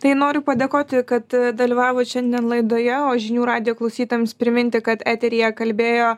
tai noriu padėkoti kad dalyvavot šiandien laidoje o žinių radijo klausytojams priminti kad eteryje kalbėjo